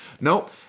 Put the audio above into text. Nope